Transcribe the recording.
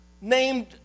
named